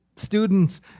Students